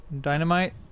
Dynamite